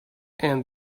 and